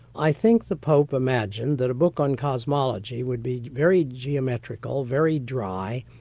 i think the pope imagined that a book on cosmology would be very geometrical, very dry,